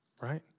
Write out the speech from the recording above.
right